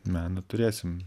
meną turėsim